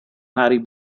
harry